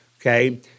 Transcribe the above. okay